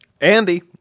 Andy